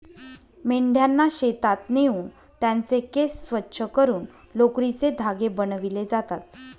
मेंढ्यांना शेतात नेऊन त्यांचे केस स्वच्छ करून लोकरीचे धागे बनविले जातात